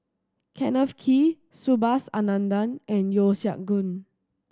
Kenneth Kee Subhas Anandan and Yeo Siak Goon